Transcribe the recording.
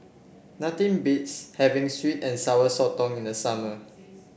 nothing beats having sweet and Sour Sotong in the summer